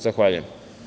Zahvaljujem.